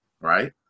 right